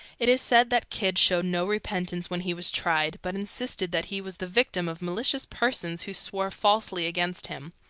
it is said that kidd showed no repentance when he was tried, but insisted that he was the victim of malicious persons who swore falsely against him.